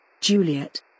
Juliet